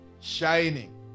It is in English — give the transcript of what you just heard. shining